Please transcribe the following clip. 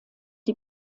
die